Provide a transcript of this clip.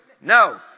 No